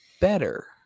better